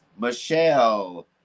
Michelle